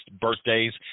birthdays